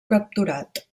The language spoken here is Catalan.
capturat